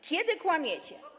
Kiedy kłamiecie?